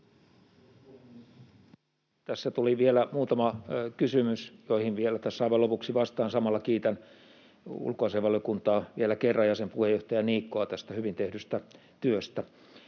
Tässä tuli vielä muutama kysymys, joihin vielä tässä aivan lopuksi vastaan. Samalla kiitän ulkoasiainvaliokuntaa ja sen puheenjohtajaa Niikkoa vielä kerran tästä hyvin tehdystä työstä.